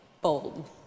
bold